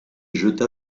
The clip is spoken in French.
jeta